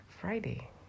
Friday